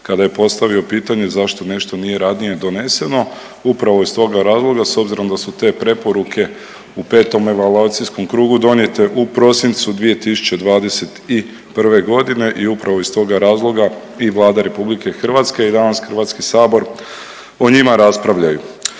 kada je postavio pitanje zašto nešto nije ranije doneseno, upravo iz toga razloga s obzirom da su te preporuke u petom evaluacijskom krugu donijete u prosincu 2021.g. i upravo iz toga razloga i Vlada RH i danas HS o njima raspravljaju.